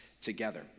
together